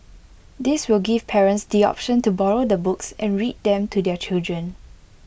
this will give parents the option to borrow the books and read them to their children